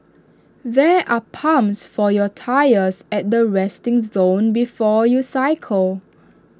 there are pumps for your tyres at the resting zone before you cycle